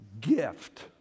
gift